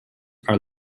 are